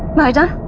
neither